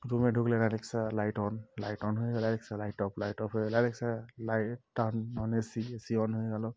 রুমে ঢুকলেন Alexa light on light on হয়ে গেল Alexa light off light off হয়ে গেল Alexa light turn on A C A C on হয়ে গেল